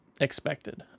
expected